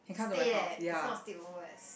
stay leh it's not sleepover eh s~